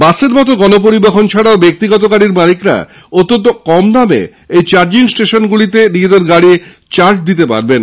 বাসের মতো গণপরিবহন ছাড়াও ব্যক্তিগত গাড়ির মালিকেরা অত্যন্ত অল্প দামে ওই চার্জিং স্টেশনগুলি থেকে নিজেদের গাড়ি চার্জ দিতে পারবেন